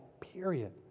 period